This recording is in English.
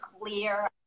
clear